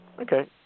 okay